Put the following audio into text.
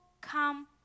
come